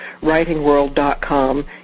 writingworld.com